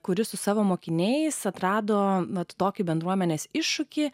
kuris su savo mokiniais atrado mat tokį bendruomenės iššūkį